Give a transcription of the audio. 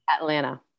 Atlanta